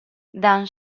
dan